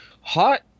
Hot